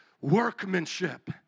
workmanship